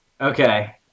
Okay